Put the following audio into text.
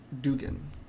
Dugan